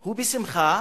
רוצה, בשמחה,